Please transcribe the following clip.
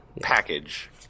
package